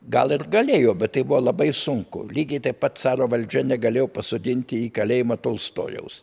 gal ir galėjo bet tai buvo labai sunku lygiai taip pat caro valdžia negalėjo pasodinti į kalėjimą tolstojaus